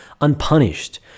unpunished